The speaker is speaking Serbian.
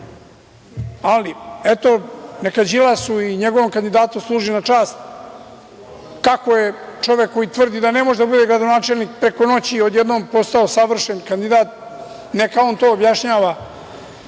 ali eto neka Đilasu i njegovom kandidatu služi na čast kako je čovek koji tvrdi da ne može da bude gradonačelnik preko noći odjednom postao savršen kandidat, neka on to objašnjava